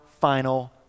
final